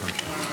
תמשיכי.